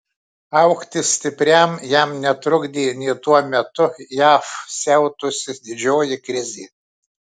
augti stipriam jam netrukdė nė tuo metu jav siautusi didžioji krizė